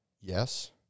Yes